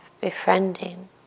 befriending